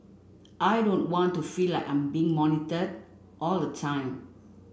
I don't want to feel like I'm being monitored all the time